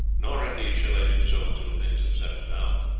nor indeed shall i do so until things have settled down.